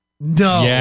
No